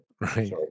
Right